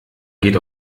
geht